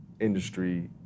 industry